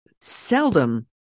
seldom